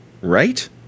right